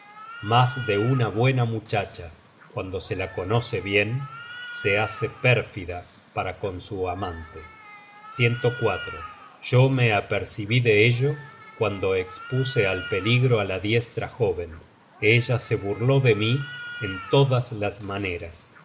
mas de una buena muchacha cuando se la conoce bien se hace pérfida para con su amante yo me apercibí de ello cuando espuse al peligro á la diestra jóven ella se burló de mí en todas las